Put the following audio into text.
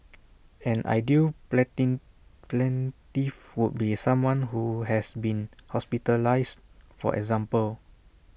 an ideal planting plaintiff would be someone who has been hospitalised for example